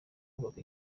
kubaka